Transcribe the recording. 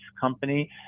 company